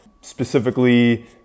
specifically